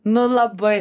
nu labai